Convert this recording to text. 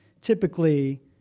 Typically